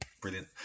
brilliant